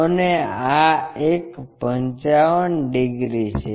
અને આ એક 55 ડિગ્રી છે